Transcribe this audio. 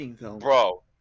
bro